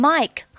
Mike